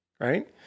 Right